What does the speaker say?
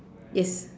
yes